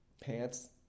pants